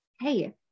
hey